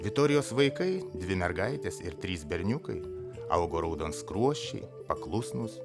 vitorijos vaikai dvi mergaitės ir trys berniukai augo raudonskruosčiai paklusnūs